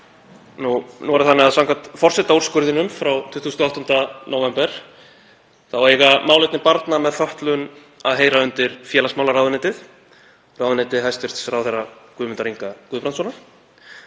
Nú er það þannig að samkvæmt forsetaúrskurðinum frá 28. nóvember eiga málefni barna með fötlun að heyra undir félagsmálaráðuneytið, ráðuneyti hæstv. ráðherra Guðmundar Inga Guðmundssonar.